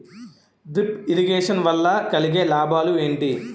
Drip irrigation వల్ల కలిగే లాభాలు ఏంటి?